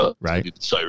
Right